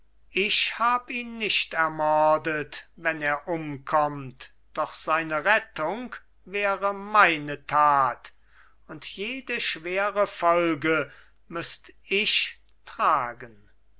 ich hab ihn nicht ermordet wenn er umkommt doch seine rettung wäre meine tat und jede schwere folge müßt ich tragen